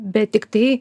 bet tiktai